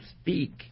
speak